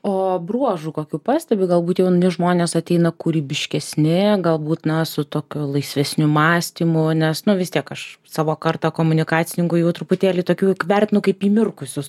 o bruožų kokių pastebi galbūt jauni žmonės ateina kūrybiškesni galbūt na su tokiu laisvesniu mąstymu nes nu vis tiek aš savo kartą komunikacininkų jau truputėlį tokių juk vertinu kaip įmirkusius